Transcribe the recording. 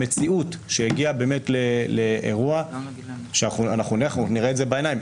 המציאות שהגיעה לאירוע שאנחנו נראה את זה בעיניים.